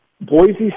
Boise